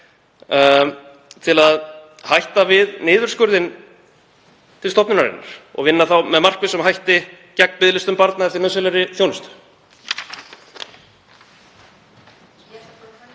til að hætta við niðurskurðinn til stofnunarinnar og vinna þá með markvissum hætti gegn biðlistum barna eftir nauðsynlegri þjónustu?